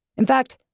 in fact,